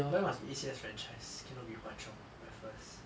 why must be A_C_S franchise cannot be hwa chong raffles